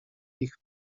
ich